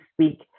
speak